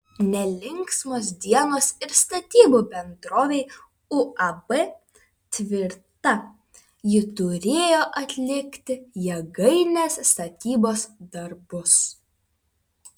nelinksmos dienos ir statybų bendrovei uab tvirta ji turėjo atlikti jėgainės statybos darbus